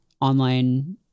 online